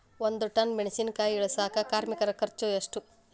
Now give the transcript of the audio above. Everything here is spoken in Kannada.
ಒಂದ್ ಟನ್ ಮೆಣಿಸಿನಕಾಯಿ ಇಳಸಾಕ್ ಕಾರ್ಮಿಕರ ಖರ್ಚು ಎಷ್ಟು?